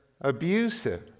abusive